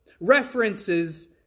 references